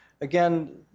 again